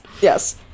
Yes